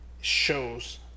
shows